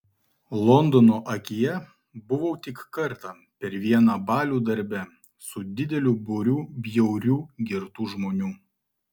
londono akyje buvau tik kartą per vieną balių darbe su dideliu būriu bjaurių girtų žmonių